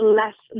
less